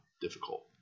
difficult